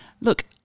Look